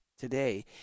Today